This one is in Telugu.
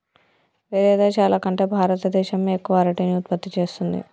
వేరే దేశాల కంటే భారత దేశమే ఎక్కువ అరటిని ఉత్పత్తి చేస్తంది